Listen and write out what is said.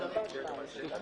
אין סיבה.